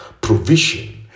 provision